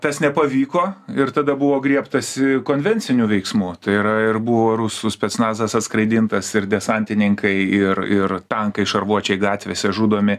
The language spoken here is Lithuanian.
tas nepavyko ir tada buvo griebtasi konvencinių veiksmų tai yra ir buvo rusų specnazas atskraidintas ir desantininkai ir ir tankai šarvuočiai gatvėse žudomi